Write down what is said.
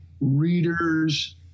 readers